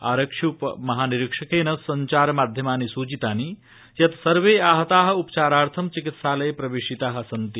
आरक्ष्य्पमहानिरीक्षकेण सब्जार माध्यमानि सूचितानि यत् सर्वे आहताः उपचाराथं चिकित्सालये प्रवेशिताः सन्ति